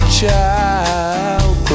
child